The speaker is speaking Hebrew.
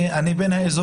אני בן האזור.